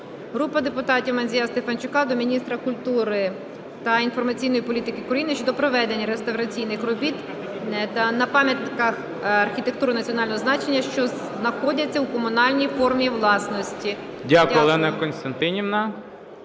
депутатів (Мандзія, Стефанчука) до Міністерства культури та інформаційної політики України щодо проведення реставраційних робіт на пам'ятках архітектури національного значення, що знаходяться у комунальній формі власності. Веде засідання